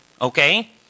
Okay